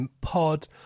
pod